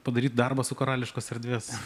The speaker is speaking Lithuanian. padaryt darbą su karališkos erdvės